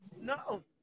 No